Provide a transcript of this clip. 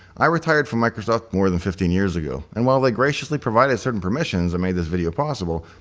i retired from microsoft more than fifteen years ago and while they graciously provided certain permissions that made this video possible,